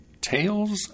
Tales